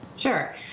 Sure